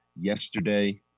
yesterday